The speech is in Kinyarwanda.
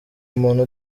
umuntu